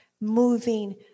moving